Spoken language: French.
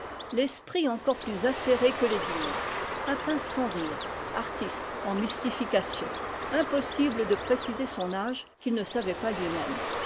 tailleurs l'esprit encore plus acéré que l'aiguille un pince sans rire artiste en mystifications im possible de préciser son âge qu'il ne savait pas lui-même